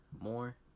more